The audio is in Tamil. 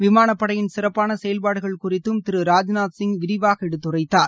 விமானப்படையின் சிறப்பான செயல்பாடுகள் குறித்தும் திரு ராஜ்நாத்சிங் விரிவாக எடுத்துரைத்தார்